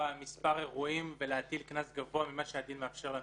מספר אירועים ולהטיל קנס גבוה ממה שהדין מאפשר לנו.